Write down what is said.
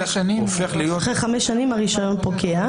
אחרי חמש שנים הרישיון פוקע.